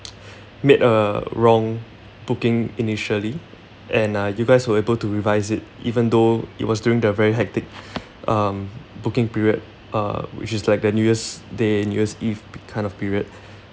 made a wrong booking initially and uh you guys were able to revise it even though it was during the very hectic um booking period uh which is like the new year's day new year's eve p~ kind of period